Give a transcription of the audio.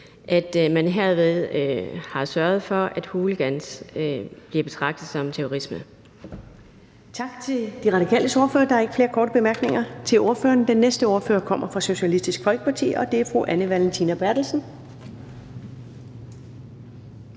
at man herved har sørget for, at hooliganisme bliver betragtet som terrorisme.